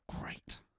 great